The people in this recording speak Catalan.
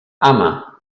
ama